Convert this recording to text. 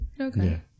Okay